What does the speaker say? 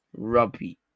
rubby